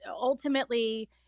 ultimately